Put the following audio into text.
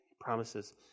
Promises